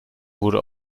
wurde